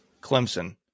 Clemson